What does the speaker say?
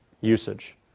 usage